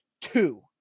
two